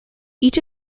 each